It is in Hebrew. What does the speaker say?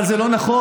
אבל זה לא נכון,